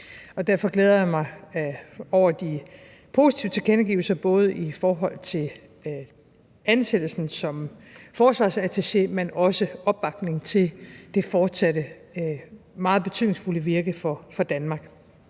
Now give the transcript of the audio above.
derfor glæder jeg mig over de positive tilkendegivelser, både i forhold til ansættelsen som forsvarsattaché, men også opbakningen til det fortsatte meget betydningsfulde virke for Danmark.